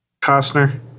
Costner